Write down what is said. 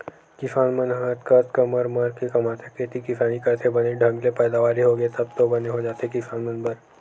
किसान मन ह अतका अतका मर मर के कमाथे खेती किसानी करथे बने ढंग ले पैदावारी होगे तब तो बने हो जाथे किसान मन बर